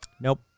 Nope